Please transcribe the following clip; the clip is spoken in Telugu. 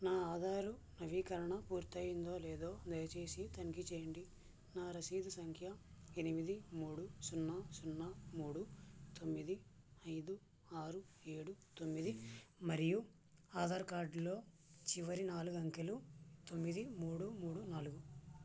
నా ఆధారు నవీకరణ పూర్తయిందో లేదో దయచేసి తనిఖీ చేయండి నా రసీదు సంఖ్య ఎనిమిది మూడు సున్నా సున్నా మూడు తొమ్మిది ఐదు ఆరు ఏడు తొమ్మిది మరియు ఆధార్ కార్డ్లో చివరి నాలుగు అంకెలు తొమ్మిది మూడు మూడు నాలుగు